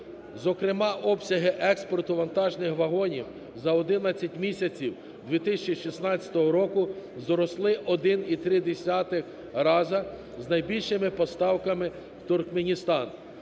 зокрема, обсяги експорту вантажних вагонів за 11 місяців 2016 року зросли 1,3 рази з найбільшими поставками в Туркменістан,